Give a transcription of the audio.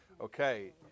Okay